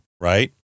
right